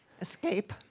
Escape